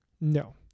No